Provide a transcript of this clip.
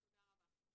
תודה רבה.